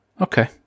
Okay